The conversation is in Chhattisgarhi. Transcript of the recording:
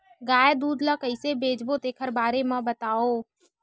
गाय दूध ल कइसे बेचबो तेखर बारे में बताओ?